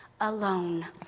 Alone